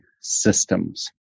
systems